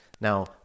Now